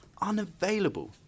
unavailable